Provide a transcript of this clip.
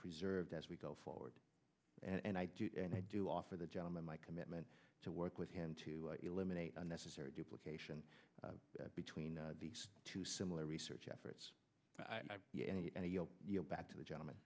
preserved as we go forward and i do and i do offer the gentleman my commitment to work with him to eliminate unnecessary duplication between these two similar research efforts and you know back to the gentleman